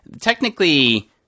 Technically